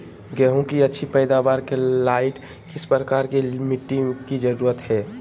गेंहू की अच्छी पैदाबार के लाइट किस प्रकार की मिटटी की जरुरत है?